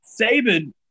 Saban